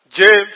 James